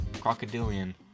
Crocodilian